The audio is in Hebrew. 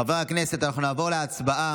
חברי הכנסת, אנחנו נעבור להצבעה.